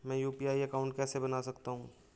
मैं UPI account कैसे बना सकता हूं?